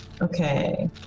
Okay